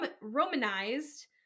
romanized